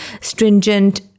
stringent